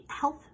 health